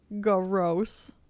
gross